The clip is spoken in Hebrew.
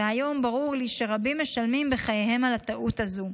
והיום ברור לי שרבים משלמים בחייהם על הטעות הזו.